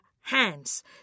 hands